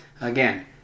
Again